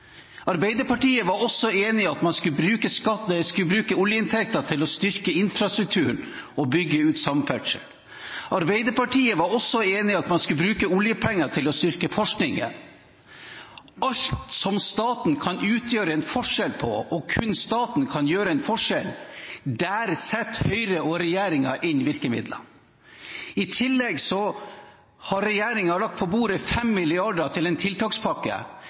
Arbeiderpartiet var også enig i at man skulle bruke oljeinntektene til å styrke infrastrukturen og bygge ut samferdsel. Arbeiderpartiet var også enig i at man skulle bruke oljepenger til å styrke forskningen. Overalt der staten kan utgjøre en forskjell, og kun staten kan utgjøre en forskjell, setter Høyre og regjeringen inn virkemidler. I tillegg har regjeringen lagt på bordet 5 mrd. kr til en tiltakspakke.